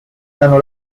ganó